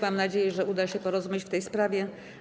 Mam nadzieję, że uda się porozumieć w tej sprawie.